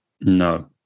No